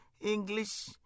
English